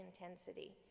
intensity